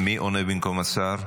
מי עונה במקום השר?